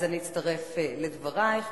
אני אצטרף לדברייך,